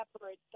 separate